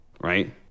right